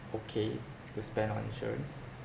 okay to spend on insurance